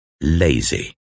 Lazy